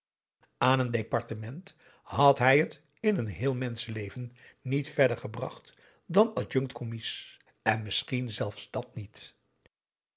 aan een departement had hij het in een heel menschenleven niet verder gebracht dan adjunct commies en misschien zelfs dàt niet